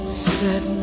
set